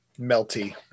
melty